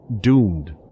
doomed